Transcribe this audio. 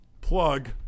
plug